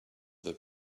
their